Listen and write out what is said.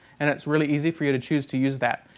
and it's really easy for you to choose to use that.